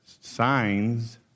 signs